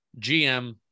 gm